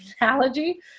analogy